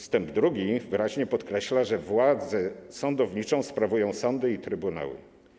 Ust. 2 wyraźnie podkreśla, że władzę sądowniczą sprawują sądy i trybunały.